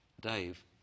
Dave